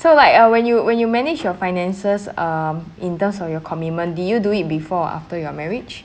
so like uh when you when you manage your finances um in terms of your commitment did you do it before or after your marriage